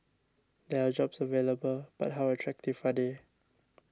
there are jobs available but how attractive are they